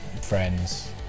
friends